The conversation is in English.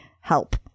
help